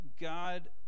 God